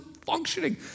functioning